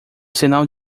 sinal